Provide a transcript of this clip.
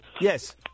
Yes